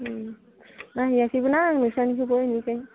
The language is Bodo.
नाहैयाखैबोना आं नोंसानिखौबो बेनिखाय